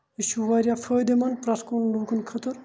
یہِ چھُ واریاہ فٲیدٕ مَنٛد پرٛٮ۪تھ کُن لوٗکَن خٲطرٕ